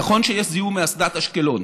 נכון שיש זיהום מאסדת אשקלון